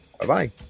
Bye-bye